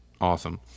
awesome